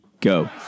go